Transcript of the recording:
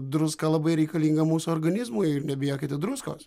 druska labai reikalinga mūsų organizmui ir nebijokite druskos